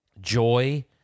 joy